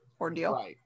ordeal